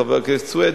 חבר הכנסת סוייד,